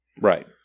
Right